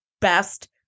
best